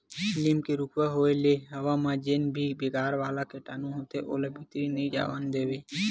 लीम के रूखवा होय ले हवा म जेन भी बेकार वाला कीटानु होथे ओला भीतरी नइ आवन देवय